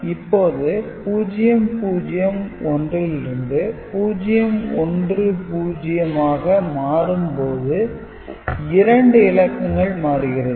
இப்போது 0 0 1 லிருந்து 0 1 0 ஆக மாறும்போது இரண்டு இலக்கங்கள் மாறுகிறது